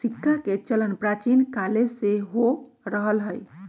सिक्काके चलन प्राचीन काले से हो रहल हइ